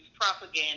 propaganda